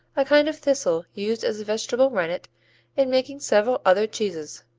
a kind of thistle used as a vegetable rennet in making several other cheeses,